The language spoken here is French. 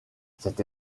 cette